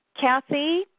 Kathy